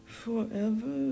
forever